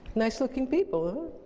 nice looking people,